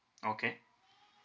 okay